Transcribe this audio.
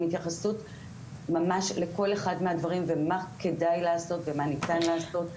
התייחסות ממש לכל אחד מהדברים ומה כדאי לעשות ומה ניתן לעשות.